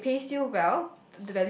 uh it pays you well